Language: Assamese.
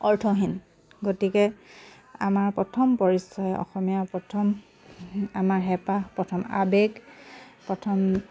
অৰ্থহীন গতিকে আমাৰ প্ৰথম পৰিচয় অসমীয়াৰ প্ৰথম আমাৰ হেঁপাহ প্ৰথম আৱেগ প্ৰথম